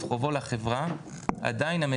ייתכן שיוטל